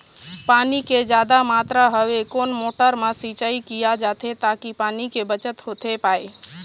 पानी के जादा मात्रा हवे कोन मोटर मा सिचाई किया जाथे ताकि पानी के बचत होथे पाए?